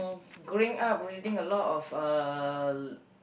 growing up reading a lot of uh